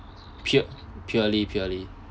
pure purely purely